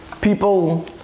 people